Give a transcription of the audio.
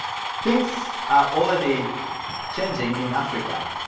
things are already changing in africa.